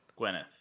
Gwyneth